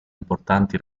importanti